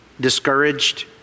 discouraged